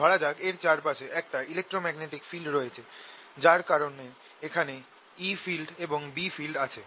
ধরা যাক এর চারপাশে একটা ইলেক্ট্রোম্যাগনেটিক ফিল্ড রয়েছে যার কারনে এখানে E ফিল্ড এবং B ফিল্ড আছে